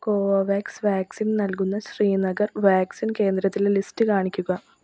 Covovax vaccine നൽകുന്ന Srinagar vaccine കേന്ദ്രത്തിലെ list കാണിക്കുക